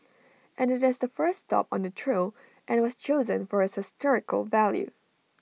and IT is the first stop on the trail and was chosen for its historical value